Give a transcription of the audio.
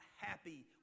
happy